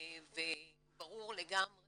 וברור לגמרי